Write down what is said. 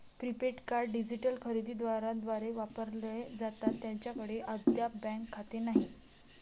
prepaid card digital खरेदी दारांद्वारे वापरले जातात ज्यांच्याकडे अद्याप बँक खाते नाही